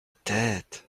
tête